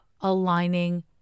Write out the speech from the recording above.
aligning